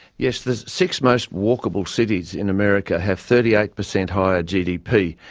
yes, the six most walkable cities in america have thirty eight percent higher gdp,